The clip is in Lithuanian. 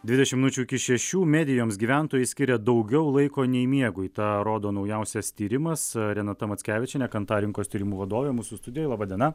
dvidešimt minučių iki šešių medijoms gyventojai skiria daugiau laiko nei miegui tą rodo naujausias tyrimas renata mackevičienė kantar rinkos tyrimų vadovė mūsų studijai laba diena